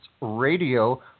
Radio